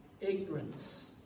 ignorance